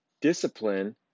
discipline